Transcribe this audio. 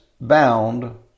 bound